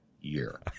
year